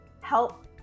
help